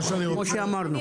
כמו שאמרנו.